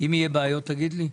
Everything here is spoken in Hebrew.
אם יהיו בעיות, תגיד לי?